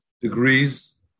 degrees